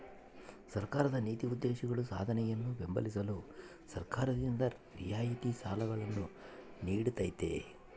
ಸರ್ಕಾರದ ನೀತಿ ಉದ್ದೇಶಗಳ ಸಾಧನೆಯನ್ನು ಬೆಂಬಲಿಸಲು ಸರ್ಕಾರದಿಂದ ರಿಯಾಯಿತಿ ಸಾಲಗಳನ್ನು ನೀಡ್ತೈತಿ